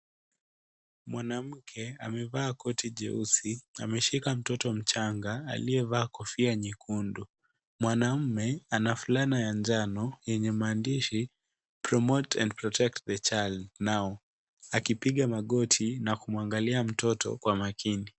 Mwanamke amevaa koti jeusi. Ameshika mtoto mchanga aliyevaa kofia nyekundu. Mwanaume ana fulana ya njano, yenye maandishi Promote and Protect the Child now akipiga magoti na kumwangalia mtoto kwa makini.